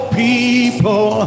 people